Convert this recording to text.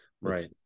Right